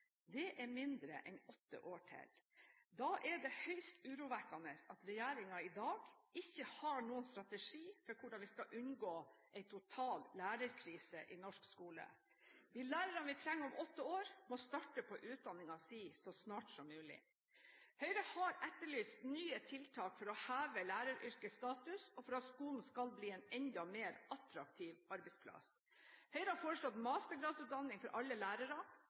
det er mindre enn åtte år til. Da er det høyst urovekkende at regjeringen i dag ikke har noen strategi for hvordan vi skal unngå en total lærerkrise i norsk skole. De lærerne vi trenger om åtte år, må starte på utdanningen sin så snart som mulig. Høyre har etterlyst nye tiltak for å heve læreryrkets status og for at skolen skal bli en enda mer attraktiv arbeidsplass. Høyre har foreslått mastergradsutdanning for alle lærere,